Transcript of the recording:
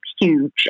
huge